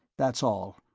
that's all.